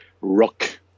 rock